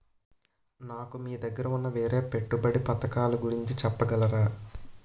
నాకు మీ దగ్గర ఉన్న వేరే పెట్టుబడి పథకాలుగురించి చెప్పగలరా?